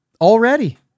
Already